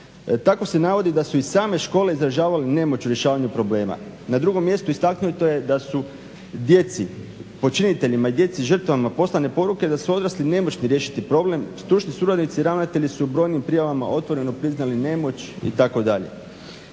Tako se navodi da su i same škole izražavale nemoć u rješavanju problema. Na drugom mjestu istaknuto je da su djeci počiniteljima i djeci žrtvama poslane poruke da su odrasli nemoćni riješiti problem. Stručni suradnici i ravnatelji su u brojnim prijavama otvoreno priznali nemoć itd.